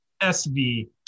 SV